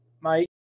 Mike